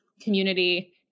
community